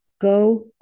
Go